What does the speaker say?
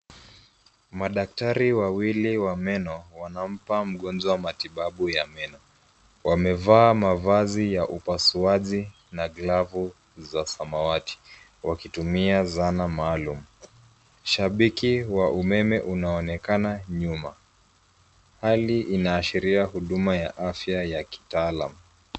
Madaktari wawili wa meno wanampa mgonjwa matibabu ya meno. Wamevaa mavazi ya upasuaji na glavu za samawati wakitumia zana maalum. Shabiki wa umeme unaonekana nyuma. Hali inaashiria huduma ya afya ya kitaalamu.